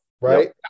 right